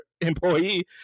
employee